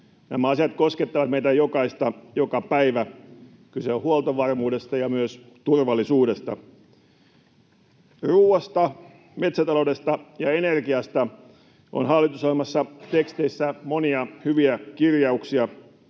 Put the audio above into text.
Nämä asiat koskettavat meitä jokaista joka päivä. Kyse on huoltovarmuudesta ja myös turvallisuudesta. Ruuasta, metsätaloudesta ja energiasta on hallitusohjelman teksteissä monia hyviä kirjauksia.